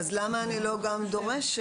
אז למה אני לא גם דורשת,